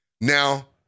Now